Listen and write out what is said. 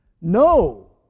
No